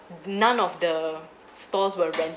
none of the stores were rented